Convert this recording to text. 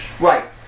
Right